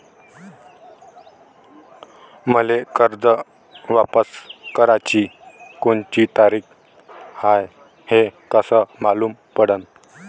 मले कर्ज वापस कराची कोनची तारीख हाय हे कस मालूम पडनं?